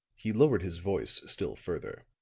he lowered his voice still further.